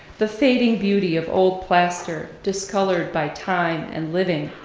the fading beauty of old plaster discolored by time and living,